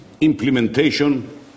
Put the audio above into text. implementation